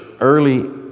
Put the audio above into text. early